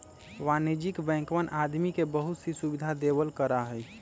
वाणिज्यिक बैंकवन आदमी के बहुत सी सुविधा देवल करा हई